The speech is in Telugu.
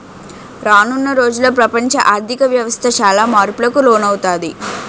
రానున్న రోజుల్లో ప్రపంచ ఆర్ధిక వ్యవస్థ చాలా మార్పులకు లోనవుతాది